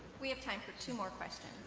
we have time for two more questions.